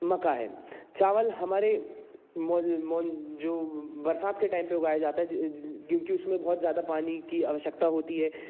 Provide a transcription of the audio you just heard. मक्का है चावल हमारे जो बरसात के टाइम पे उगाया जाता है क्योंकि उसमें बहुत ज़्यादा पानी की आवश्यकता होती है